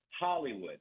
Hollywood